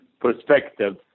perspective